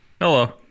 Hello